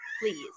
please